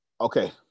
Okay